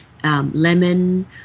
Lemon